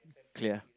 clear